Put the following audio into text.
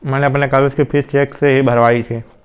मैंने अपनी कॉलेज की फीस चेक से ही भरवाई थी